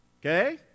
okay